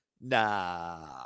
nah